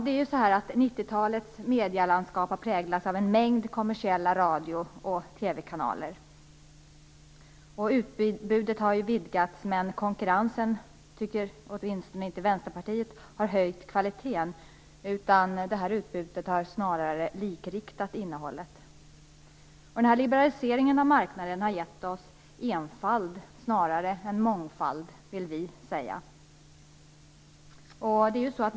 1990-talets medielandskap har präglats av en mängd kommersiella radio och TV-kanaler. Utbudet har vidgats. Men konkurrensen har - tycker åtminstone vi i Vänsterpartiet - inte höjt kvaliteten. Utbudet har snarare likriktat innehållet. Liberaliseringen av marknaden har gett oss enfald snarare än mångfald.